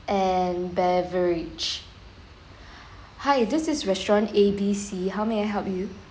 and beverage hi this is restaurant A_B_C how may I help you